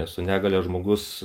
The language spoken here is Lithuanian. su negalia žmogus